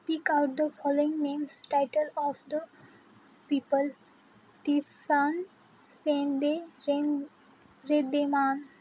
speak out the following names title of the people तिफान सेंदे रेन रेदेमान